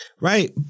right